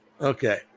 Okay